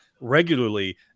regularly